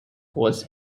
was